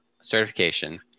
certification